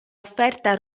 offerta